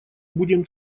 будем